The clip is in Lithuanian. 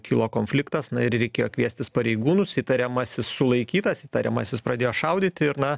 kilo konfliktas na ir reikėjo kviestis pareigūnus įtariamasis sulaikytas įtariamasis pradėjo šaudyti ir na